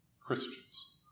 Christians